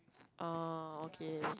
oh okay